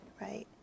right